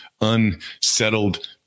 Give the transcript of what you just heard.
unsettled